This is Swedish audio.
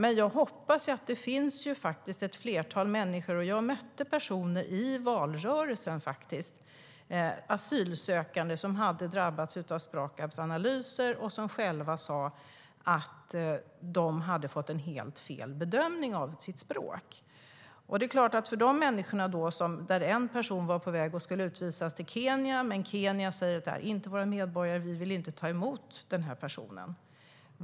Under valrörelsen mötte jag asylsökande som hade drabbats av Sprakabs analyser, och de sa att de hade fått helt fel bedömning av sitt språk. En person är på väg att utvisas till Kenya, men Kenya säger att han inte är en medborgare och vill inte ta emot honom.